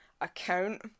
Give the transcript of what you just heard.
account